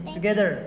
Together